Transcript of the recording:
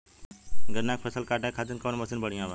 गन्ना के फसल कांटे खाती कवन मसीन बढ़ियां बा?